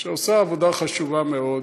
שעושה עבודה חשובה מאוד.